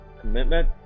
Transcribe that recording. commitment